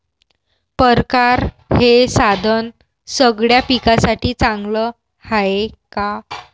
परकारं हे साधन सगळ्या पिकासाठी चांगलं हाये का?